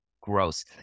gross